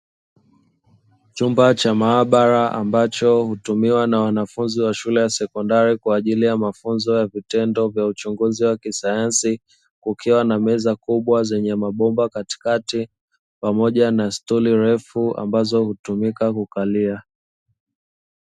Chumba cha maabara ambacho hutumiwa na wanafunzi wa shule ya sekondari kwa ajili ya mafunzo ya vitendo vya uchunguzi wa kisayansi, kukiwa na meza kubwa zenye mabomba katikati, pamoja na stuli refu ambazo hutumika kukalia.